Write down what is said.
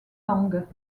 langues